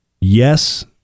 Yes